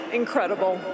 incredible